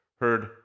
heard